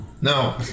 No